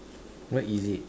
what is it